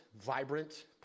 vibrant